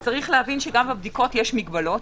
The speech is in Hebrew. ויש להבין שגם בהן יש מגבלות.